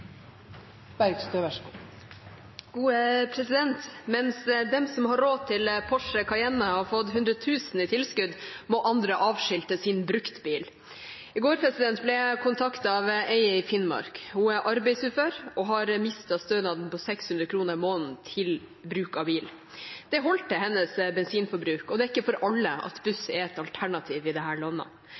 Mens de som har råd til Porsche Cayenne, har fått hundretusen i tilskudd, må andre avskilte sin bruktbil. I går ble jeg kontaktet av ei i Finnmark. Hun er arbeidsufør og har mistet stønaden på 600 kr i måneden til bruk av bil. Det holdt til hennes bensinforbruk, og det er ikke for alle at buss er et alternativ i